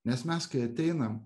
nes mes kai ateinam